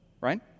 Right